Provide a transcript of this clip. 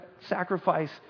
sacrifice